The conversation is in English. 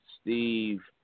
Steve